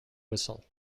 whistle